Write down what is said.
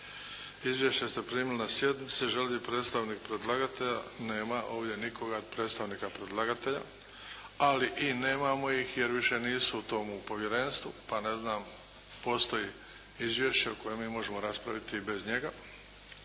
Izvješće ste primili na sjednici. Želi li predstavnik predlagatelja? Nema ovdje nikoga od predstavnika predlagatelja. Ali i nemamo ih jer više nisu u tomu Povjerenstvu, pa ne znam postoji izvješće o kojem mi možemo raspraviti i bez njega.